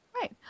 Right